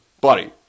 buddy